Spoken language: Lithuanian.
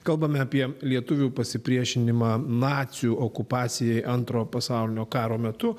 kalbame apie lietuvių pasipriešinimą nacių okupacijai antro pasaulinio karo metu